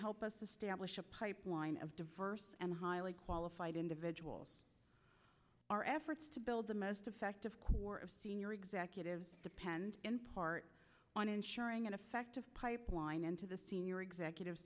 help us establish a pipeline of diverse and highly qualified individuals our efforts to build the most effective corps of senior executives depend in part on ensuring an effective pipeline into the senior executive